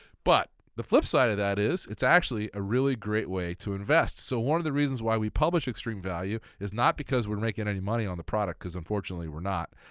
but the flipside of that is it's actually a really great way to invest. so one of the reasons why we publish extreme value is not because we're making any money on the product because unfortunately we're not,